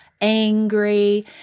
angry